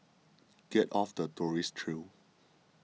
get off the tourist trail